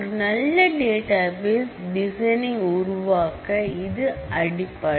ஒரு நல்ல database designing உருவாக்க இது அடிப்படை